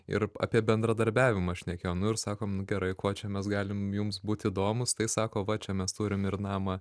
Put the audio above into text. ir apie bendradarbiavimą šnekėjom nu ir sakom nu gerai kuo čia mes galim jums būt įdomūs tai sako va čia mes turim ir namą